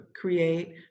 create